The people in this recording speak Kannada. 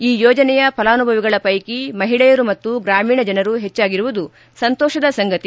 ಈ ಯೋಜನೆಯ ಫಲಾನುಭವಿಗಳ ಪೈಕಿ ಮಹಿಳೆಯರು ಮತ್ತು ಗ್ರಾಮೀಣ ಜನರು ಹೆಚ್ಚಾಗಿರುವುದು ಸಂತೋಷದ ಸಂಗತಿ